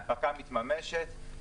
הנפקה מתממשת,